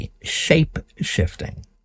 Shape-Shifting